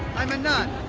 i'm nun.